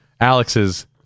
Alex's